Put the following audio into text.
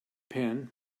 pan